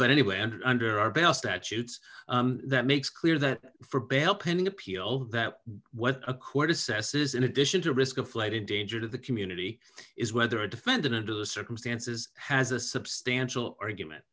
but anyway and under our belt statutes that makes clear that for bail pending appeal that what a quarter cecille is in addition to risk of flight in danger to the community is whether a defendant or the circumstances has a substantial argument